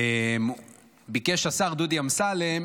ביקש השר דודי אמסלם,